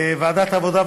ועדת העבודה,